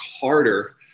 harder